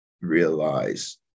realize